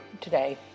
today